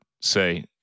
say